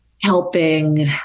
helping